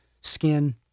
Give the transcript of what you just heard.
skin